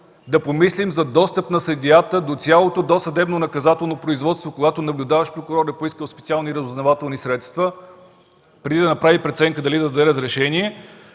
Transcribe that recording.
да помислим за достъп на съдията до цялото досъдебно наказателно производство, когато наблюдаващият прокурор е поискал специални разузнавателни средства преди да направи преценка дали да даде разрешение,